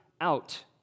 out